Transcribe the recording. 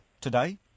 today